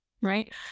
right